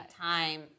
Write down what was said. time